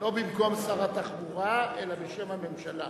לא במקום שר התחבורה, אלא בשם הממשלה.